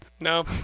No